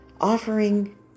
offering